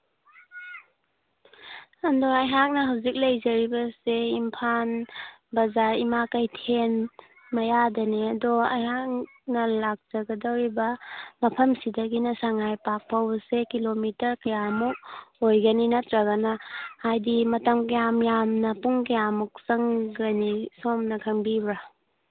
ꯑꯗꯣ ꯑꯩꯍꯥꯛꯅ ꯍꯧꯖꯤꯛ ꯂꯩꯖꯔꯤꯕ ꯑꯁꯦ ꯏꯝꯐꯥꯜ ꯕꯖꯥꯔ ꯏꯃꯥ ꯀꯩꯊꯦꯜ ꯃꯌꯥꯗꯅꯤ ꯑꯗꯣ ꯑꯩꯍꯥꯛꯅ ꯂꯥꯛꯆꯒꯗꯧꯔꯤꯕ ꯃꯐꯝꯁꯤꯗꯒꯤꯅ ꯁꯉꯥꯏ ꯄꯥꯛ ꯐꯥꯎꯕꯁꯦ ꯀꯤꯂꯣꯃꯤꯇꯔ ꯀꯌꯥꯃꯨꯛ ꯑꯣꯏꯒꯅꯤ ꯅꯠꯇ꯭ꯔꯒꯅ ꯍꯥꯏꯗꯤ ꯃꯇꯝ ꯀꯌꯥꯝ ꯌꯥꯝꯅ ꯄꯨꯡ ꯀꯌꯥꯃꯨꯛ ꯆꯪꯒꯅꯤ ꯁꯣꯝꯅ ꯈꯪꯕꯤꯕ꯭ꯔ